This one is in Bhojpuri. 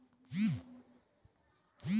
खर पतवार एगो पौधा होला जवन कौनो का के न हो खेला